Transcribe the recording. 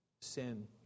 sin